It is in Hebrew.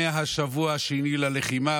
מהשבוע השני ללחימה,